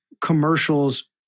commercials